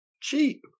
cheap